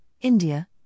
India